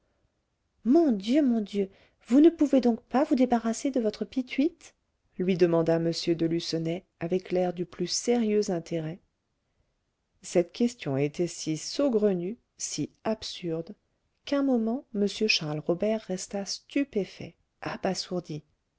mon dieu mon dieu vous ne pouvez donc pas vous débarrasser de votre pituite lui demanda m de lucenay avec l'air du plus sérieux intérêt cette question était si saugrenue si absurde qu'un moment m charles robert resta stupéfait abasourdi